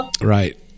right